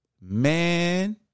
Man